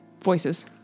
voices